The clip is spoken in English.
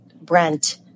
Brent